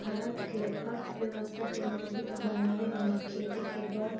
भारत के अर्थव्यवस्था के मजबूत बनावे में खेती के बड़